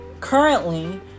currently